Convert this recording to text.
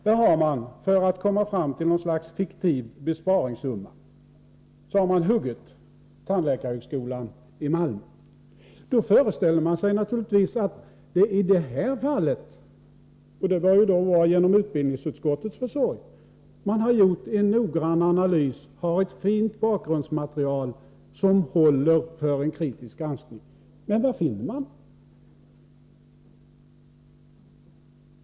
Där har man, för att komma fram till något slags fiktiv besparingssumma, huggit tandläkarhögskolan i Malmö. Man föreställer sig då naturligtvis att det i det här fallet — och det bör ha skett genom utbildningsutskottets försorg — har gjorts en noggrann analys och att det finns ett fint bakgrundsmaterial som håller för en kritisk granskning. Men vad finner man?